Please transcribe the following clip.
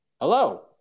hello